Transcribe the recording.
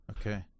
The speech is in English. Okay